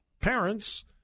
Parents